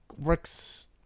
works